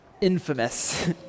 infamous